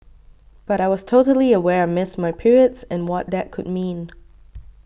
but I was totally aware I missed my periods and what that could mean